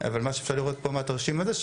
אבל מה שאפשר לראות פה מהתרשים הזה,